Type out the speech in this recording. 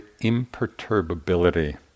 imperturbability